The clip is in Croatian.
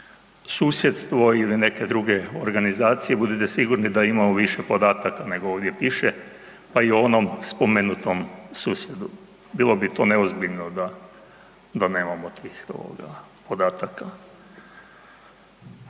susjedstvo ili neke druge organizacije, budite sigurni da imamo više podatak nego ovdje piše pa i u onom spomenutom susjedu. Bilo bi to neozbiljno da nemamo tih podataka.